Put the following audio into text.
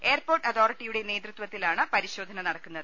airport അതോറിറ്റിയുടെ നേതൃത്വത്തിലാണ് പരിശോധന നടക്കുന്നത്